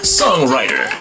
songwriter